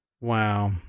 Wow